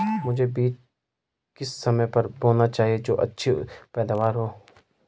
मुझे बीज किस समय पर बोना चाहिए जो अच्छी पैदावार हो?